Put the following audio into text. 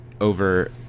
over